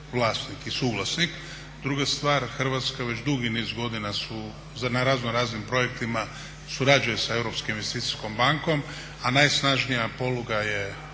vlasnik i suvlasnik. Druga stvar, Hrvatska već dugi niz godina na razno raznim projektima surađuje sa Europskom investicijskom bankom a najsnažnija poluga je